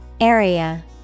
Area